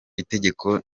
itegeko